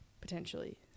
Potentially